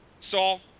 Saul